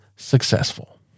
successful